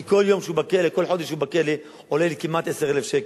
כי כל חודש שהוא בכלא עולה לי כמעט 10,000 שקל,